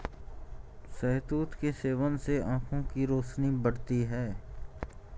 शहतूत के सेवन से आंखों की रोशनी बढ़ती है